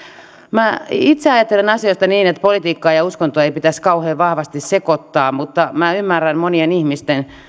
minä itse ajattelen asioista niin että politiikkaa ja uskontoa ei pitäisi kauhean vahvasti sekoittaa mutta minä ymmärrän monien ihmisten